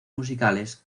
musicales